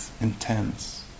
intense